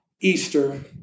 Easter